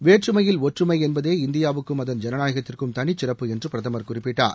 வேற்றுமையில் ஒற்றுமை என்பதே இந்தியாவுக்கும் அதன் ஜனநாயகத்திற்கும் தனிச்சிறப்பு என்று பிரதமர் குறிப்பிட்டார்